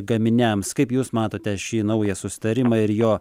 gaminiams kaip jūs matote šį naują susitarimą ir jo